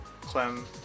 Clem